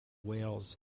wales